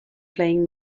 playing